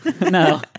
No